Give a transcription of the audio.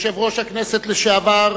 יושב-ראש הכנסת לשעבר